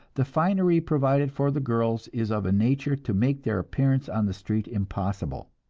the finery provided for the girls is of a nature to make their appearance on the street impossible.